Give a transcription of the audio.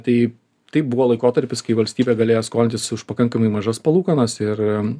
tai tai buvo laikotarpis kai valstybė galėjo skolintis už pakankamai mažas palūkanas ir